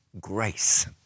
grace